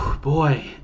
Boy